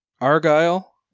Argyle